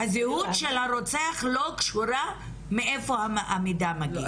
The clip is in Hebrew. הזהות של הרוצח לא קשורה מאיפה המידע מגיע.